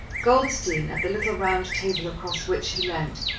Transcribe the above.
goldstein, at the little round table across which he leant,